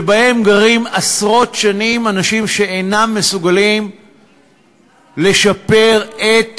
שגרים בהם עשרות שנים אנשים שאינם מסוגלים לשפר את